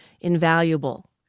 invaluable